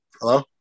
Hello